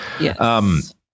Yes